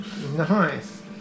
Nice